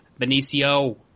Benicio